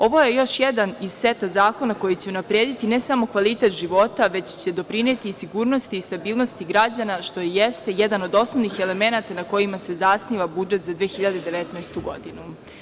Ovo je još jedan iz seta zakona koji će unaprediti ne samo kvalitet života već će doprineti sigurnosti i stabilnosti građana što i jeste jedan od osnovnih elemenata na kojima se zasniva budžet za 2019. godinu.